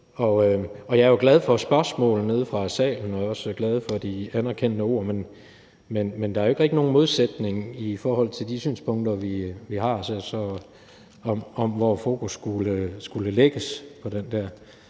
og jeg er jo glad for spørgsmål nede fra salen, og jeg er også glad for de anerkendende ord. Men der er jo ikke rigtig nogen modsætning i forhold til de synspunkter, vi har, om, hvor fokus skal lægges. Så det er